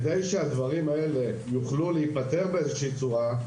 כדי שהדברים האלה יוכלו להיפתר באיזושהי צורה,